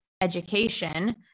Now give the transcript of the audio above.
education